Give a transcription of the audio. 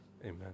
Amen